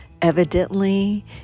Evidently